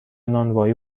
نانوایی